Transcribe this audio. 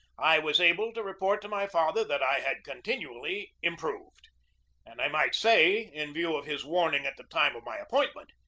i was able to report to my father that i had continually improved and i might say, in view of his warning at the time of my appointment,